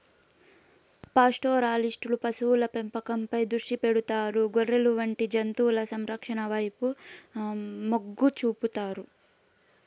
పాస్టోరలిస్టులు పశువుల పెంపకంపై దృష్టి పెడతారు, గొర్రెలు వంటి జంతువుల సంరక్షణ వైపు మొగ్గు చూపుతారు